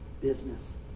business